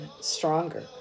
stronger